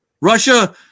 Russia